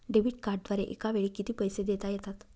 Debit कार्डद्वारे एकावेळी किती पैसे देता येतात?